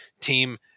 team